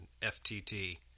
FTT